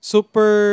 Super